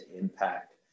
impact